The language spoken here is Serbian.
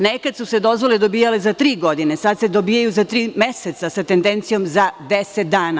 Nekada su se dozvole dobijale za tri godine, sada se dobijaju za tri meseca, sa tendencijom za deset dana.